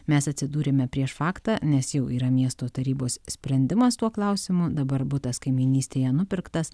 mes atsidūrėme prieš faktą nes jau yra miesto tarybos sprendimas tuo klausimu dabar butas kaimynystėje nupirktas